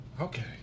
Okay